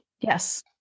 Yes